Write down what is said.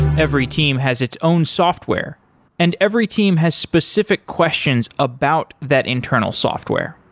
every team has its own software and every team has specific questions about that internal software.